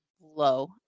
low